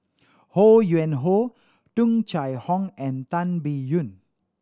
Ho Yuen Hoe Tung Chye Hong and Tan Biyun